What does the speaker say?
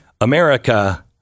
America